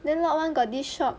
then lot one got this shop